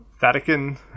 Vatican